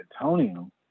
Antonio